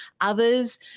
Others